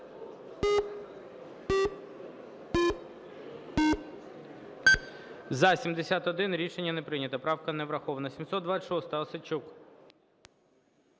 За-71 Рішення не прийнято. Правка не врахована.